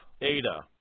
Ada